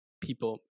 people